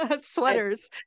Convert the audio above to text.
Sweaters